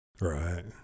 Right